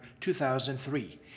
2003